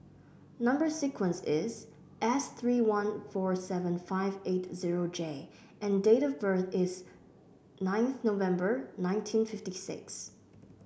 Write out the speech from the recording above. number sequence is S three one four seven five eight zero J and date of birth is nineth November nineteen fifty six